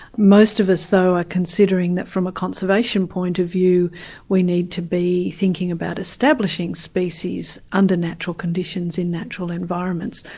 most of us though are considering that from a conservation point of view we need to be thinking about establishing species under natural conditions in natural environments.